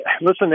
listen